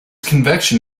convection